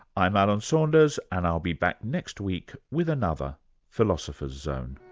i'm alan saunders and i'll be back next week with another philosopher's zone